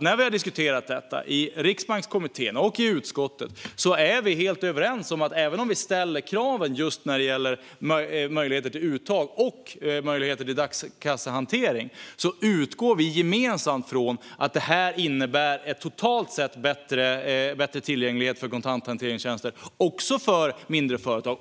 När vi har diskuterat detta i Riksbankskommittén och i utskottet har vi varit helt överens om att även om vi ställer kraven just när det gäller möjligheter till uttag och dagskassehantering utgår vi gemensamt från att det här innebär en totalt sett bättre tillgänglighet till kontanthanteringstjänster. Det gäller även för mindre företag,